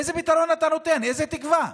איזה פתרון אתה נותן, איזו תקווה?